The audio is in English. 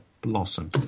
blossom